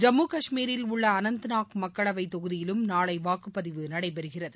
ஜம்மு கஷ்மீரில் உள்ள அனந்த்நாக் மக்களவை தொகுதியிலும் நாளை வாக்குப்பதிவு நடைபெறும்